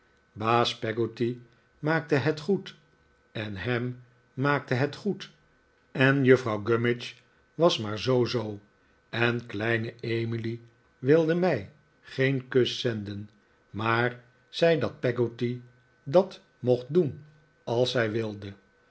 baas peggotty maakte het goed en ham maakte het goed en juffrouw gummidge was maar zoo zoo en kleine emily wilde mij geen kus zendeh maar zei dat peggotty dat mocht doen als zij wilde